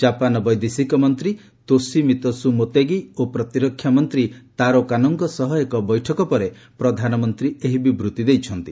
Japan ବୈଦେଶିକ ମନ୍ତ୍ରୀ Toshimitsu Motegi ଓ ପ୍ରତିରକ୍ଷା ମନ୍ତ୍ରୀ ତାରୋ କାନୋଙ୍କ ସହ ଏକ ବୈଠକ ପରେ ପ୍ରଧାନମନ୍ତ୍ରୀ ଏହି ବିବୃତ୍ତି ଦେଇଛନ୍ତି